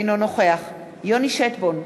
אינו נוכח יוני שטבון,